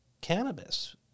cannabis